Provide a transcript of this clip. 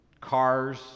cars